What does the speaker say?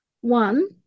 One